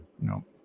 No